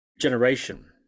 generation